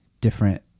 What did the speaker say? different